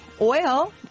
oil